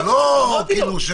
אמרתי לו.